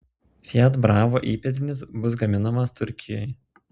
fiat bravo įpėdinis bus gaminamas turkijoje